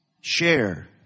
Share